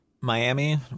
Miami